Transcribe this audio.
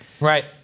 right